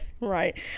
right